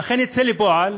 אכן יצא לפועל,